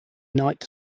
night